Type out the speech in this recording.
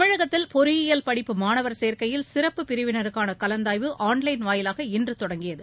தமிழகத்தில் பொறியியல் படிப்பு மாணவர் சேர்க்கையில் சிறப்பு பிரிவினருக்கான கலந்தாய்வு ஆன் லைன் வாயிலாக இன்று தொடங்கியது